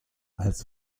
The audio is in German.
als